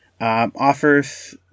Offers